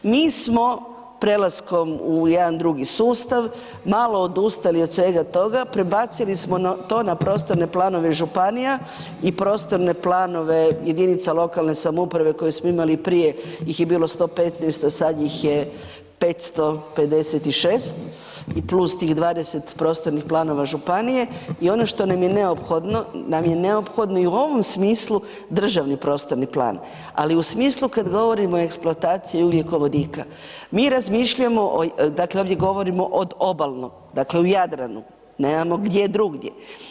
Mi smo prelaskom u jedan drugi sustav, malo odustali od svega toga, prebacili smo to na prostorne planove županija i prostorne planove jedinica lokalne samouprave koje smo imali, prije ih je bilo 115, a sad ih je 556 i plus tih 20 prostornih planova županije i ono što nam je neophodno, nam je neophodno i u ovom smislu, državni prostorni plan, ali u smislu kad govorimo o eksploataciji ugljikovodika, mi razmišljamo o, dakle ovdje govorimo odobalno, dakle u Jadranu, nemamo gdje drugdje.